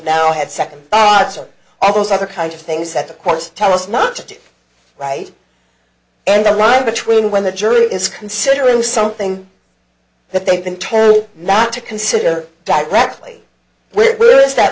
now have second thoughts on all those other kinds of things that the courts tell us not to do right and the line between when the jury is considering something that they've been told not to consider directly where is that